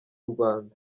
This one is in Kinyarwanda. rwanda